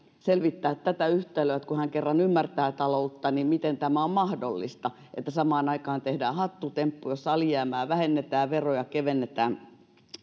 selvittää tätä yhtälöä kun hän kerran ymmärtää taloutta että miten tämä on mahdollista että samaan aikaan tehdään hattutemppu jossa alijäämää vähennetään ja veroja kevennetään